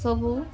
ସବୁ